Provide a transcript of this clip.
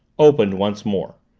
opened once more.